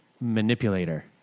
manipulator